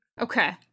Okay